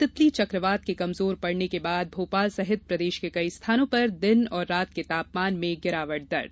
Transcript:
तीतली चक़वात के कमजोर पड़ने के बाद भोपाल सहित प्रदेश के कई स्थानों पर दिन और रात के तापमान में गिरावट दर्ज